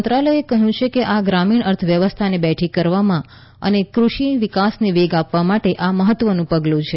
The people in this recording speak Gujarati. મંત્રાલયે કહ્યું કે આ ગ્રામીણ અર્થવ્યવસ્થાને બેઠી કરવામાં અને કૃષિ વિકાસને વેગ આપવા માટે આ મહત્વનુ પગલું છે